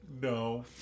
No